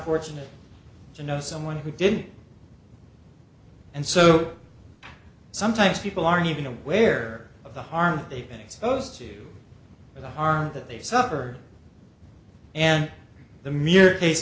fortunate you know someone who didn't and so sometimes people aren't even aware of the harm they've been exposed to the harm that they suffered and the mirror case